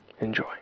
Enjoy